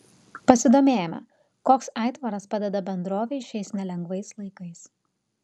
pasidomėjome koks aitvaras padeda bendrovei šiais nelengvais laikais